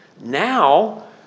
Now